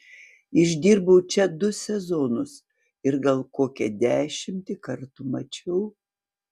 išdirbau čia du sezonus ir gal kokią dešimtį kartų mačiau